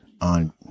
on